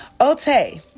Okay